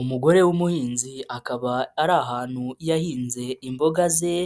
Umugore w'umuhinzi akaba ari ahantu yahinze imboga ze,